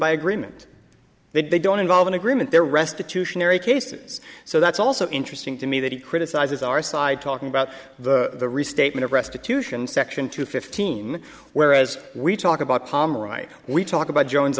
by agreement they don't involve an agreement there restitution ery cases so that's also interesting to me that he criticizes our side talking about the restatement of restitution section two fifteen whereas we talk about palmer right we talk about jones